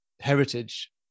heritage